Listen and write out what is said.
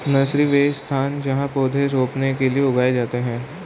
nursery, वह स्थान जहाँ पौधे रोपने के लिए उगाए जाते हैं